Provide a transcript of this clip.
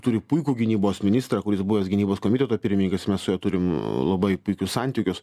turi puikų gynybos ministrą kuris buvęs gynybos komiteto pirmininkas ir mes su juo turim labai puikius santykius